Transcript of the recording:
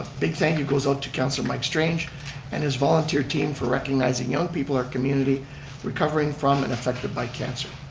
big thank you goes out to councilor mike strange and his volunteer team, for recognizing young people in our community recovering from and effected by cancer.